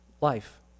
life